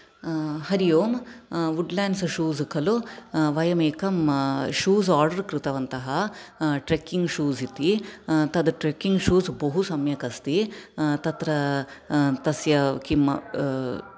Hari Om Woodlands shoes खलु वयम् एकं शूस् आर्डर् कृतवन्तः ट्रेकिंग् शूस् इति तद् ट्रेकिंग् शूस् बहु सम्यक् अस्ति तत्र तस्य किं